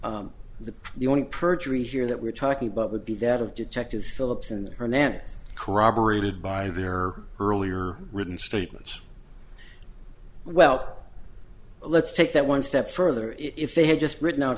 it that the only perjury here that we're talking about would be that of detectives philips and hernandez corroborated by their earlier written statements well let's take that one step further if they had just written out